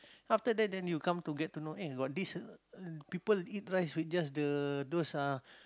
after that then you come to get to know got this people eat rice with just the